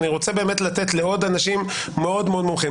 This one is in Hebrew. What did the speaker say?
ואני רוצה באמת לתת לעוד אנשים מאוד מאוד מומחים.